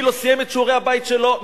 מי לא סיים את שיעורי-הבית שלו,